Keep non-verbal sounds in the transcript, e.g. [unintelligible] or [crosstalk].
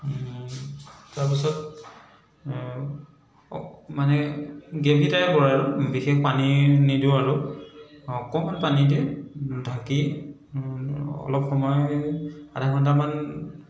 তাৰ পাছত [unintelligible] মানে গ্ৰেভি টাইপ হয় আৰু বিশেষ পানী নিদিওঁ আৰু অকণমান পানীতে ঢাকি অলপ সময় আধা ঘণ্টামান